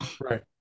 Right